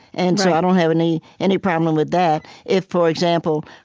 and so i don't have any any problem with that. if, for example,